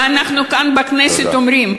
ואנחנו כאן בכנסת אומרים: